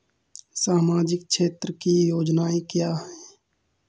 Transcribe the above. सामाजिक क्षेत्र की योजनाएँ क्या हैं?